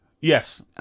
Yes